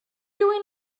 doing